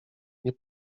nie